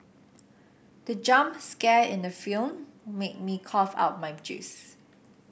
the jump scare in the film made me cough out my juice